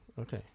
okay